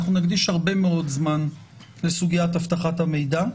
אנחנו נקדיש הרבה מאוד זמן לסוגיית אבטחת המידע.